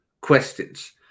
questions